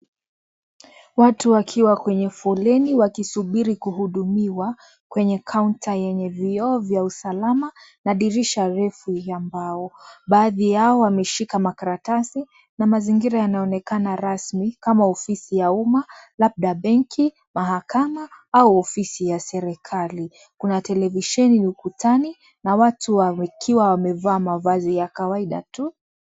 Watu wakiwa kwenye foleni wakisubiri kuhudumiwa kwenye kaunta yenye vioo vya usalama na dirisha refu ya mbao baadhi yao wameshika makaratasi na mazingira yaonekana rasmi kama ofisi ya uma labda benki, mahakama au ofisi ya serikali kuna televisheni ukutani na watu wakiwa wamevaa mavazi ya kawaida tu.